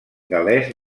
gal·lès